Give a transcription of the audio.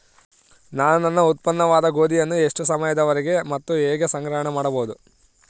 ನಾನು ನನ್ನ ಉತ್ಪನ್ನವಾದ ಗೋಧಿಯನ್ನು ಎಷ್ಟು ಸಮಯದವರೆಗೆ ಮತ್ತು ಹೇಗೆ ಸಂಗ್ರಹಣೆ ಮಾಡಬಹುದು?